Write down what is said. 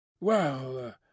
Well